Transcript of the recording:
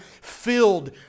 filled